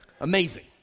Amazing